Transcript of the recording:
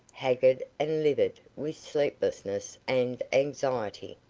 haggard and livid with sleeplessness and anxiety.